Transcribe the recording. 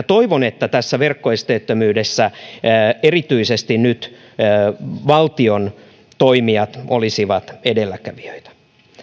toivon että tässä verkkoesteettömyydessä erityisesti nyt valtion toimijat olisivat edelläkävijöitä